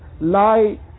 lie